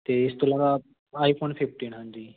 ਅਤੇ ਇਸ ਤੋਂ ਇਲਾਵਾ ਆਈ ਫੋਨ ਫਿਫਟੀਂਨ ਹਾਂਜੀ